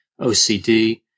OCD